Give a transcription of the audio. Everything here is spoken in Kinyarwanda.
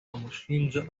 amushinja